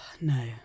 No